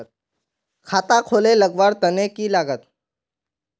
खाता खोले लगवार तने की लागत?